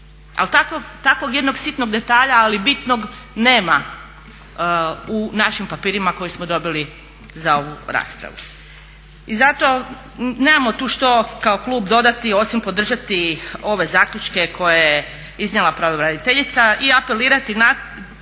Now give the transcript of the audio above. ali takvog jednog sitnog detalja ali bitnog nema u našim papirima koje smo dobili za ovu raspravu. I zato nemamo tu što kao klub dodati osim podržati ove zaključke koje je iznijela pravobraniteljica i apelirati na